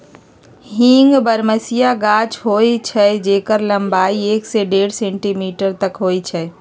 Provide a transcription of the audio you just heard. हींग बरहमसिया गाछ होइ छइ जेकर लम्बाई एक से डेढ़ सेंटीमीटर तक होइ छइ